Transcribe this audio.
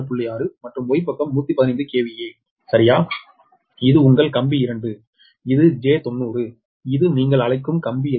6 மற்றும் Y பக்கம் 115 KV சரியா இது உங்கள் கம்பி 2 இது j90Ω இது நீங்கள் அழைக்கும் கம்பி எதிர்வினை